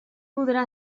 podrà